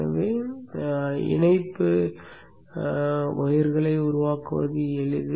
எனவே அது இணைப்பு கம்பிகளை உருவாக்குவது எளிது